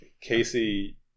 Casey